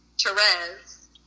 Therese